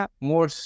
more